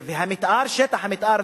ושטח המיתאר,